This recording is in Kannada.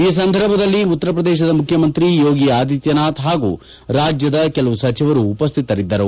ಈ ಸಂದರ್ಭದಲ್ಲಿ ಉತ್ತರಪ್ರದೇಶದ ಮುಖ್ಚಮಂತ್ರಿ ಯೋಗಿ ಆದಿತ್ಲನಾಥ್ ಹಾಗೂ ರಾಜ್ಲದ ಕೆಲವು ಸಚಿವರು ಉಪಶ್ಚಿತರಿದ್ದರು